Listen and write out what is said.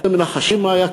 אתם מנחשים מה היה קורה?